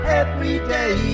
everyday